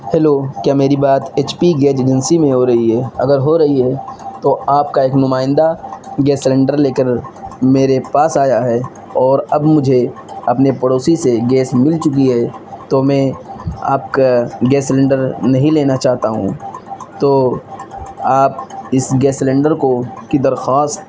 hello کیا میری بات ایچ پی گیس ایجنسی میں ہو رہی ہے اگر ہو رہی ہے تو آپ کا ایک نمائندہ گیس سلینڈر لے کر میرے پاس آیا ہے اور اب مجھے اپنے پڑوسی سے گیس مل چکی ہے تو میں آپ کا گیس سلینڈر نہیں لینا چاہتا ہوں تو آپ اس گیس سلینڈر کو کی درخواست